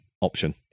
option